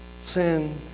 Sin